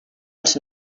els